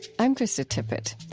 i'm krista tippett.